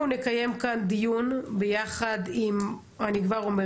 אנחנו נקיים כאן דיון ביחד עם המנכ"ל